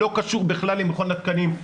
לא קשור בכלל למכון התקנים.